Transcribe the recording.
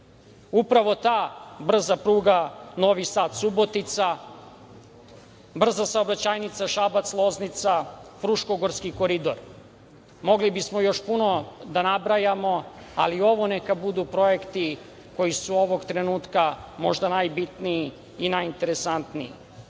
Srbije. Upravo ta brza pruga Novi Sad-Subotica, brza saobraćajnica Šabac-Loznica, Fruškogorski koridor, mogli bismo još puno da nabrajamo, ali ovo neka budu projekti koji su ovog trenutka možda najbitniji i najinteresantniji. Ono